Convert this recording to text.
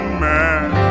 man